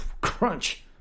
crunch